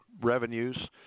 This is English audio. revenues